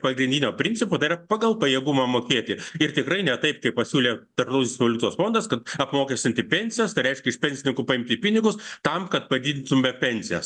pagrindinio principo tai yra pagal pajėgumą mokėti ir tikrai ne taip kaip pasiūlė tarptautinis valiutos fondas kaip apmokestinti pensijas tai reiškia iš pensininkų paimti pinigus tam kad padidintume pensijas